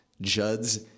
Judd's